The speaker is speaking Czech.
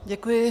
Děkuji.